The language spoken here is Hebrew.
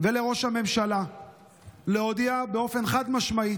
ולראש הממשלה להודיע באופן חד-משמעי